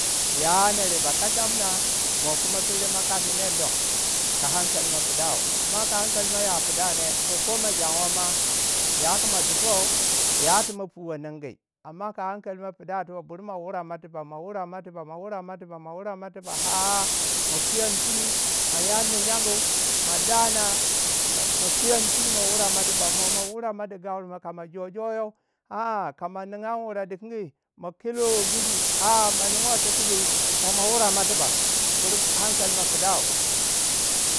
yanere ba kacha mina, mo kuma fer ma kachi nere don, ka hankali mo pidau. Aman ka hankali mo ya pidau ne to ko ko ma janwa ma, ya ku ma dutau, yatimu fuwai ningu. Aman ka hankali mo pidau tiba bur mo wurei mo tiba mo wurei mo tiba mo wurei mo tiba mo wurei mo tiba. har ma fayan finu, ma yanni yarnu, ma dana. ma- ma puyan pinu ma wurei mo tiba mo ma wurei mo di gaure mo. kama jojoyou a- a ka ma nin wure dikingi. ma kelo wai gundu a- a ma ningawai tikingi mo ma wure mai tiba bur hankali mo pidau.